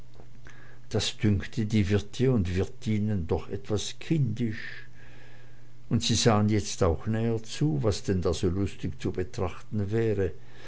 dies dünkte die wirte und wirtinnen doch etwas kindisch und sie sahen jetzt auch näher zu was denn da so lustig zu betrachten wäre